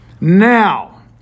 Now